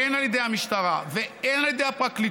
הן על ידי המשטרה והן על ידי הפרקליטות,